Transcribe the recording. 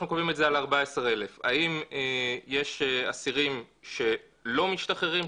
קובעים את זה על 14,000 האם יש אסירים שלא משתחררים,